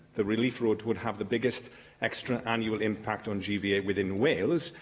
the relief road would have the biggest extra annual impact on gva within wales,